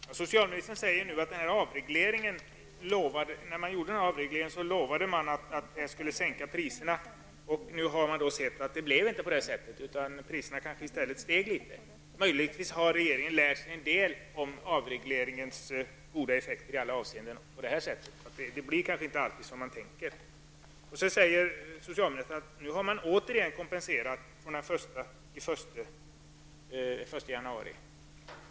Herr talman! Socialministern säger nu att man när man gjorde den här avregleringen lovade att man skulle sänka priserna, och nu har man sett att det inte blev på det sättet; priserna kanske i stället steg litet. Möjligtvis har regeringen lärt sig en del om avregleringens goda effekter i alla avseenden på det här sättet. Det blir kanske inte alltid som man tänker. Sedan säger socialministern att man nu återigen har kompenserat fr.o.m. den 1 januari.